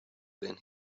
than